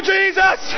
Jesus